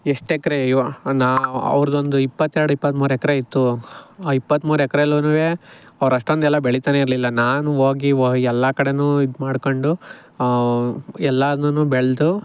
ಎಷ್ಟು ಎಕರೆ ಇವಾಗ ಒಂದು ಅವ್ರುದೊಂದು ಇಪ್ಪತ್ತೆರಡು ಇಪ್ಪತ್ತ್ಮೂರು ಎಕರೆ ಇತ್ತು ಆ ಇಪ್ಪತ್ತ್ಮೂರು ಎಕ್ರೆಲ್ಲುನು ಅವ್ರು ಅಷ್ಟೊಂದೆಲ್ಲ ಬೆಳೀತನೆ ಇರಲಿಲ್ಲ ನಾನು ಹೋಗಿ ಓ ಎಲ್ಲ ಕಡೆ ಇದುಮಾಡ್ಕಂಡು ಎಲ್ಲಾನು ಬೆಳೆದು